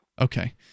Okay